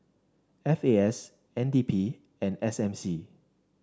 F A S N D P and S M C